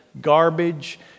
garbage